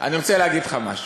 אני רוצה להגיד לך משהו.